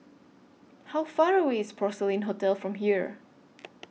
How Far away IS Porcelain Hotel from here